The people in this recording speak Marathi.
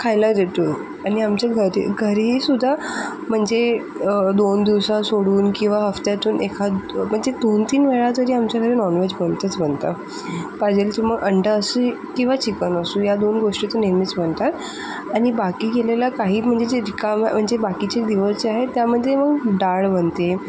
खायला देतो आणि आमच्या घरी घरीसुद्धा म्हणजे दोन दिवस सोडून किंवा हफ्त्यातून एखाद म्हणजे दोन तीन वेळा तरी आमच्याकडे नॉनव्हेज बनतंच बनतं पाहिजेल तर म अंडा असो किंवा चिकन असो या दोन गोष्टीचे नेहमीच बनतात आणि बाकी केलेला काही म्हणजे जे रिकामं म्हणजे बाकीचे दिवस आहे त्यामध्ये मग डाळ बनते